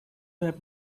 have